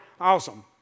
awesome